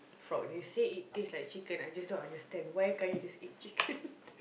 frog they said it taste like chicken I just don't understand why can't you just eat chicken